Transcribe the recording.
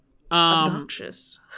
Obnoxious